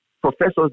professors